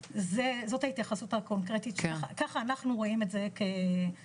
זאת ההתייחסות הקונקרטית שלנו באגף וככה אנחנו רואים את זה כמעסיקים.